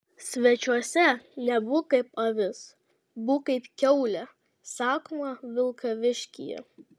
svečiuose nebūk kaip avis būk kaip kiaulė sakoma vilkaviškyje